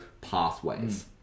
pathways